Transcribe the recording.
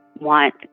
want